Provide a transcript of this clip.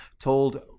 told